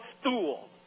stool